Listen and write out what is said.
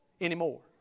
anymore